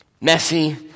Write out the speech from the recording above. messy